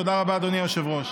תודה רבה, אדוני היושב-ראש.